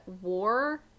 war